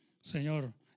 Señor